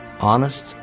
honest